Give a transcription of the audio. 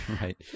Right